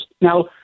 Now